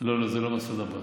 לא, זה לא מסעוד עבאס.